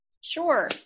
Sure